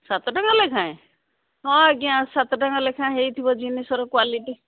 ସାତ ଟଙ୍କା ଲେଖାଏଁ ହଁ ଆଜ୍ଞା ସାତ ଟଙ୍କା ଲେଖାଏଁ ହେଇଥିବ ଜିନିଷର କ୍ଵାଲିଟି